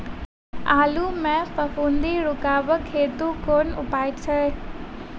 आलु मे फफूंदी रुकबाक हेतु कुन उपाय छै?